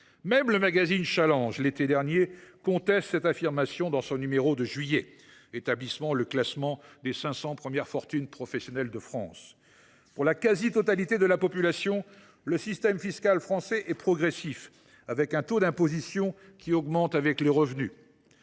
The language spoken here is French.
Même le magazine contestait cette affirmation dans son numéro annuel de juillet établissant le classement des 500 premières fortunes professionnelles de notre pays. Pour la quasi totalité de la population, le système fiscal français est progressif : le taux d’imposition augmente avec les revenus.